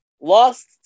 Lost